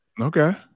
Okay